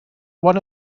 one